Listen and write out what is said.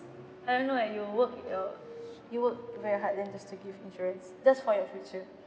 I don't know eh you work your you work very hard then just to give insurance just for your future